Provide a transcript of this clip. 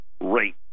rate